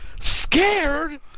Scared